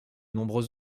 nombreux